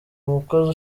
umukozi